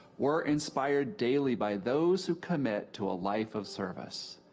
we're inspired daily by those who commit to a life of service,